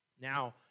Now